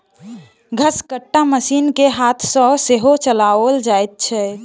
घसकट्टा मशीन के हाथ सॅ सेहो चलाओल जाइत छै